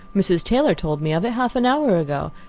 mrs. taylor told me of it half an hour ago,